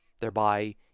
thereby